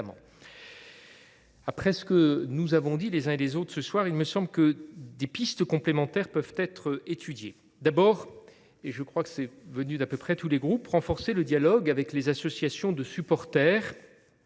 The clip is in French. Après ce que nous avons dit les uns et les autres ce soir, il me semble que des pistes complémentaires peuvent être étudiées. D’abord, il convient, comme le demandent à peu près tous les groupes, de renforcer le dialogue avec les associations de supporters,